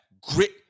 grit